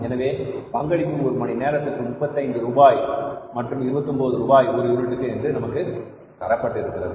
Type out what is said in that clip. எனவே பங்களிப்பு ஒரு மணி நேரத்திற்கு 35 ரூபாய் மற்றும் 29 ரூபாய் ஒரு யூனிட்டுக்கு என்று நமக்கு கிடைக்கிறது